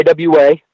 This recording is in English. iwa